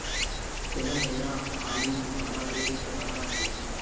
plum या आलूबुखारा एक प्रकार का फल है